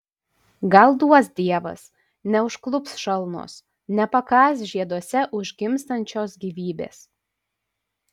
gal duos dievas neužklups šalnos nepakąs žieduose užgimstančios gyvybės